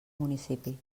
municipi